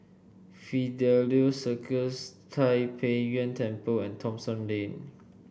Fidelio Circus Tai Pei Yuen Temple and Thomson Lane